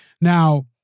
Now